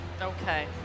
Okay